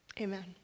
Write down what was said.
Amen